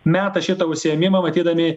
meta šitą užsiėmimą matydami